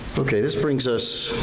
okay, this brings us.